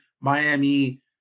Miami